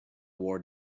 war